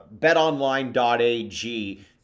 BetOnline.ag